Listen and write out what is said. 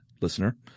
listener